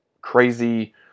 crazy